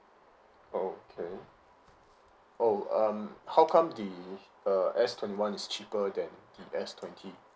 okay oh um how come the uh S twenty one is cheaper than the S twenty